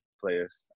players